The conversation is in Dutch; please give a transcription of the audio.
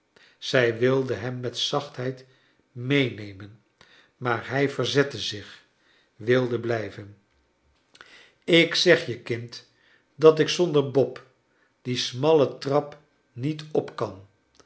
zij wilde hem met zachtheid meenemen maar hij verzette zich wilde blijven ik zeg je kind dat ik zonder bob die smalle trap niet op kan